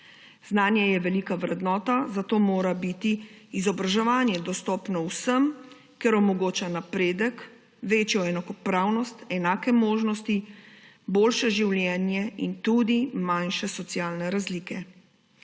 Znanje je velika vrednota, zato mora biti izobraževanje dostopno vsem, ker omogoča napredek, večjo enakopravnost, enake možnosti, boljše življenje in tudi manjše socialne razlike.